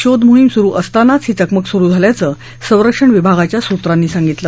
शोध सुरु असतानाच ही चकमक सुरु झाल्याचं संरक्षण विभागाच्या सूत्रांनी सांगितलं